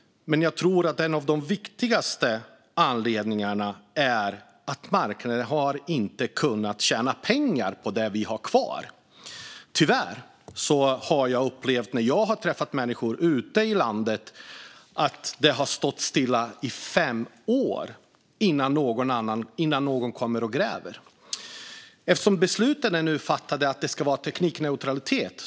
Jag tror att en av de viktigaste anledningarna är att marknaden inte har kunnat tjäna pengar på det vi har kvar. Tyvärr har jag när jag träffat människor ute i landet fått höra att det stått stilla i fem år innan någon kommer och gräver. Nu har beslut fattats om att det ska vara teknikneutralitet.